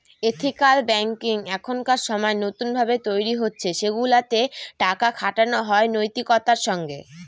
ethical banking এখনকার সময় নতুন ভাবে তৈরী হচ্ছে সেগুলাতে টাকা খাটানো হয় নৈতিকতার সঙ্গে